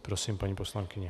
Prosím, paní poslankyně.